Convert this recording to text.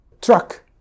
truck